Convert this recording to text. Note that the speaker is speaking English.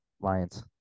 Lions